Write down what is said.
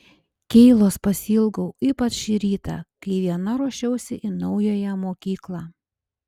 keilos pasiilgau ypač šį rytą kai viena ruošiausi į naująją mokyklą